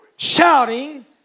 Shouting